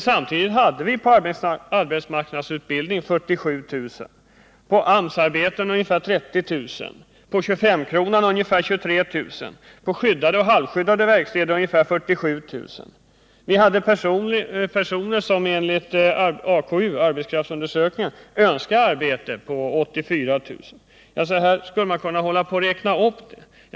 Samtidigt hade vi i arbetsmarknadsutbildning 47 000, på AMS-arbeten ungefär 30 000, på 25-kronan ungefär 23000 och på skyddade och halvskyddade verkstäder ungefär 47 000. Därutöver var det 84 000 personer som enligt arbetskraftsundersökningen önskade arbete. Så här skulle man kunna hålla på och räkna upp.